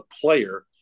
player